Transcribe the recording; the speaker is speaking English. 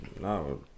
no